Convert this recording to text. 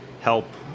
help